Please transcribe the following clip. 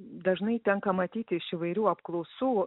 dažnai tenka matyti iš įvairių apklausų